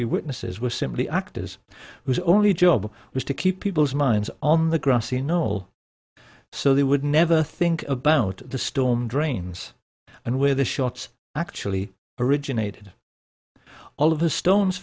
be witnesses were simply actors whose only job was to keep people's minds on the grassy knoll so they would never think about the storm drains and where the shots actually originated all of a stone